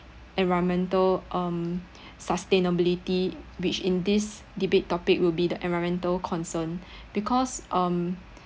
environmental um sustainability which in this debate topic will be the environmental concern because um